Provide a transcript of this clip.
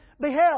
beheld